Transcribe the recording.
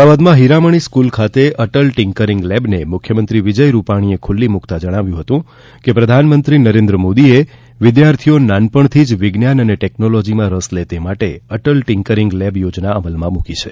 અમદાવાદમાં હીરામણિ સ્કુલ ખાતે Atal tinkering lab ને મુખ્યમંત્રી વિજય રૂપાછીએ ખુલ્લી મુકતા જણાવ્યું હતું કે પ્રધાનમંત્રી નરેન્દ્ર મોદીએ વિદ્યાર્થીઓ નાનપણથી જ વિજ્ઞાન અને ટેકનોલોજીમાં રસ લે તે માટે અટલ ટીંકરીંગ લેબ યોજના અમલમાં મુકી છે